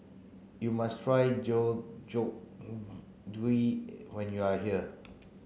you must try when you are here